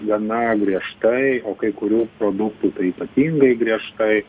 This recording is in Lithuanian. gana griežtai o kai kurių produktų ypatingai griežtai